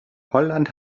holland